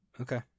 okay